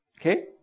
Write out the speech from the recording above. Okay